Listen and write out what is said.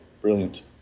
brilliant